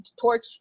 Torch